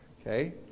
Okay